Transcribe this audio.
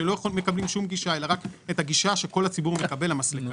שלא מקבלים שום גישה אלא רק את הגישה שכל הציבור מקבל למסלקה.